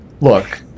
Look